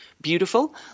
beautiful